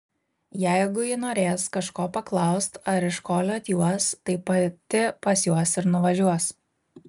jeigu ji norės kažko paklaust ar iškoliot juos tai pati pas juos ir nuvažiuos